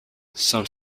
some